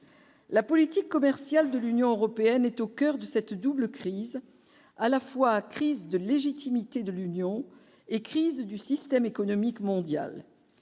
la politique commerciale de l'Union européenne est au coeur de cette double crise à la fois, crise de légitimité de l'Union et crise du système économique mondial,